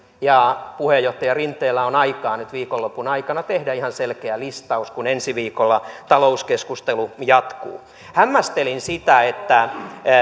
ja puheenjohtaja rinteellä on aikaa nyt viikonlopun aikana tehdä ihan selkeä listaus kun ensi viikolla talouskeskustelu jatkuu hämmästelin sitä että